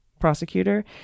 prosecutor